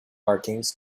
markings